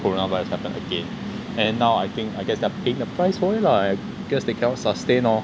coronavirus happen again and then now I think I guess they're paying the price for it lah cause I guess they cannot sustain lor